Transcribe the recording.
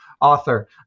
author